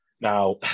Now